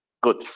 Good